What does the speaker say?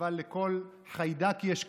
אבל לכל חיידק יש כתובת.